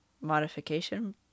modification